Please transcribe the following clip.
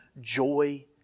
joy